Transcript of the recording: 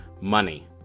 money